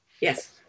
Yes